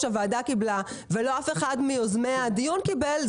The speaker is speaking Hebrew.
הוועדה קיבלה ולא אף אחד מיוזמי הדיון קיבל,